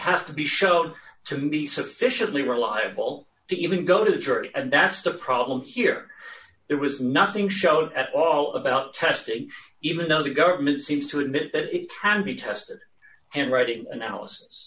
has to be shown to be sufficiently reliable to even go to the jury and that's the problem here there was nothing showed at all about testing even though the government seems to admit that it can be tested him writing analysis